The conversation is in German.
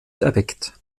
erweckt